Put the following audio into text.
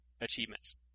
achievements